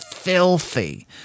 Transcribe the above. filthy